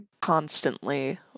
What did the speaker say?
constantly